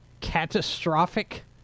catastrophic